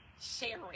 sharing